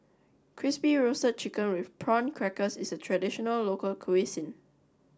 Crispy Roasted Chicken with Prawn Crackers is a traditional local cuisine